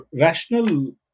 rational